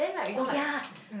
oh yea